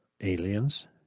aliens